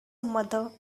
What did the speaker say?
mother